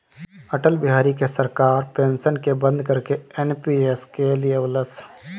अटल बिहारी के सरकार पेंशन के बंद करके एन.पी.एस के लिअवलस